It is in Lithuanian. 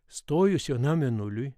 stojus jaunam mėnuliui